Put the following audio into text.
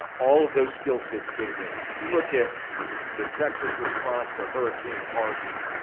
um all of those skillsets came in. if you look at the texas response to hurricane harvey,